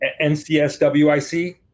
NCSWIC